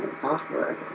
software